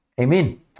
Amen